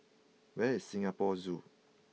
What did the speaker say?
where is Singapore Zoo